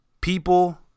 people